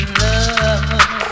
love